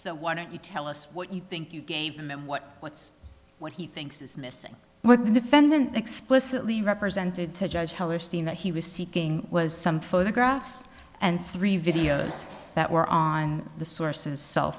so why don't you tell us what you think you gave him what what he thinks is missing what the defendant explicitly represented to judge hellerstein that he was seeking was some photographs and three videos that were on the sources cell